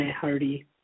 Hardy